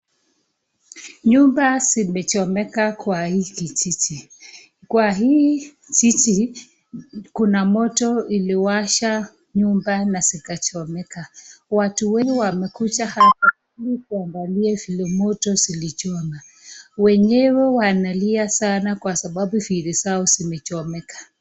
Nyumba zimechomeka kwa hii Kijiji ,kwa hii Kijiji Kuna moto iliwasha nyumba na zikachomeka, watu wengi wamekuja hapakuangalua vile moto ilichoma, weyewe wanalia sana kwavile vitu zao zimechomeka.